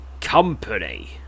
company